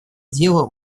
дела